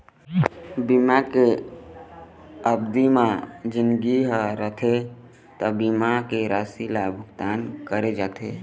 बीमा के अबधि म जिनगी ह रथे त बीमा के राशि ल भुगतान करे जाथे